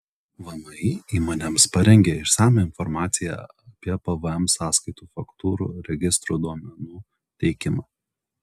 vmi įmonėms parengė išsamią informaciją apie pvm sąskaitų faktūrų registrų duomenų teikimą